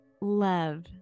love